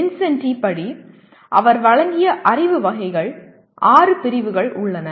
வின்சென்டி படி அவர் வழங்கிய அறிவு வகைகள் ஆறு பிரிவுகள் உள்ளன